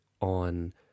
on